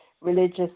religious